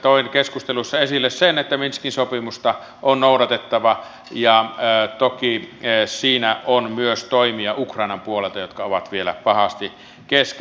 toin keskustelussa esille sen että minskin sopimusta on noudatettava ja toki siinä on myös toimia ukrainan puolelta jotka ovat vielä pahasti kesken